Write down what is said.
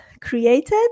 created